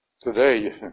Today